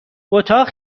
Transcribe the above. اتاق